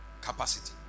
capacity